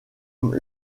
comme